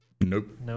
Nope